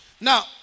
Now